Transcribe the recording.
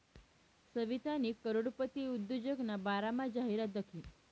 सवितानी करोडपती उद्योजकना बारामा जाहिरात दखी